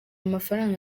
mafaranga